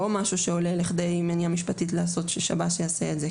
משהו שעולה לכדי מניעה משפטית ששב"ס יעשה את זה,